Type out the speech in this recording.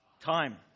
Time